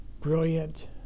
brilliant